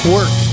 Work